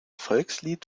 volkslied